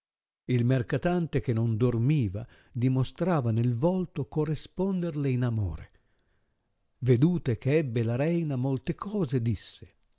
il mercatante che non dormiva dimostrava nel volto corresponderle in amore vedute che ebbe la reina molte cose disse